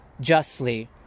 justly